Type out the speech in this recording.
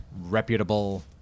reputable